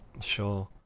sure